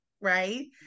Right